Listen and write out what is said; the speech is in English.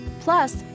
Plus